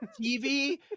tv